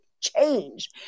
change